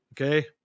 Okay